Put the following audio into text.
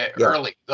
early